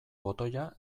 botoia